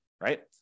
right